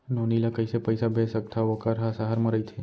नोनी ल कइसे पइसा भेज सकथव वोकर ह सहर म रइथे?